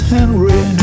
Henry